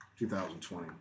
2020